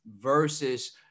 versus